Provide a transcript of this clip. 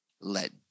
let